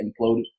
imploded